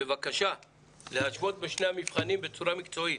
בבקשה להשוות בין שני המבחנים בצורה מקצועית